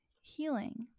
healing